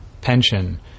pension